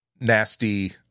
nasty